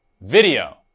video